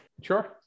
Sure